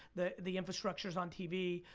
the the infrastructure's on tv.